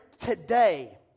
today